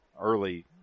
early